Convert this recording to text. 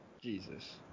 Jesus